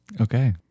Okay